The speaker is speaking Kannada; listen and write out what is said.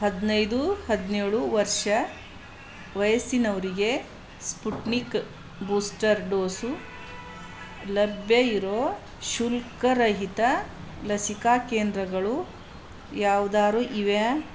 ಹದಿನೈದು ಹದಿನೇಳು ವರ್ಷ ವಯಸ್ಸಿನವರಿಗೆ ಸ್ಪುಟ್ನಿಕ್ ಬೂಸ್ಟರ್ ಡೋಸು ಲಭ್ಯ ಇರೊ ಶುಲ್ಕ ರಹಿತ ಲಸಿಕಾ ಕೇಂದ್ರಗಳು ಯಾವ್ದಾದ್ರೂ ಇವೆಯಾ